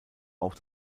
auch